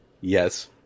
Yes